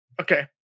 Okay